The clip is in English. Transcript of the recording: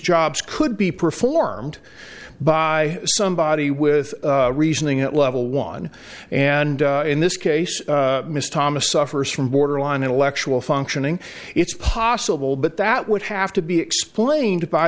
jobs could be performed by somebody with reasoning at level one and in this case mr thomas suffers from borderline intellectual functioning it's possible but that would have to be explained